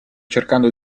cercando